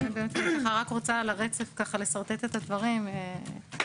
אני רק רוצה לשרטט את הדברים על הרצף,